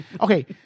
okay